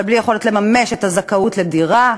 אבל בלי יכולת לממש את הזכאות לדירה,